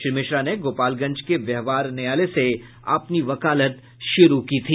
श्री मिश्रा ने गोपालगंज के व्यवहार न्यायालय से अपनी वकालत शुरू की थी